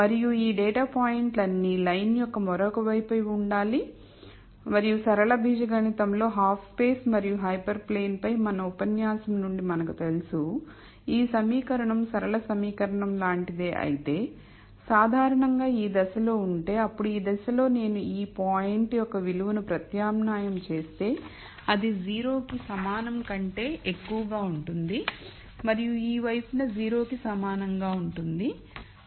మరియుఈ data పాయింట్లన్నీ line యొక్క మరొక వైపు ఉండాలి మరియు సరళ బీజగణితం లో హాఫ్ స్పేస్ మరియు హైపర్ ప్లేన్ పై మన ఉపన్యాసం నుండి మనకు తెలుసు ఈ సమీకరణం సరళ సమీకరణం లాంటిదే అయితే సాధారణంగా ఈ దిశలో ఉంటే అప్పుడు ఈ దిశలో నేను ఈ పాయింట్ యొక్క విలువను ప్రత్యామ్నాయం చేస్తే అది 0 కి సమానం కంటే ఎక్కువగా ఉంటుంది మరియు ఈ వైపు న 0 కి సమానంగా ఉంటుంది 0 తో లైన్ ఉంటుంది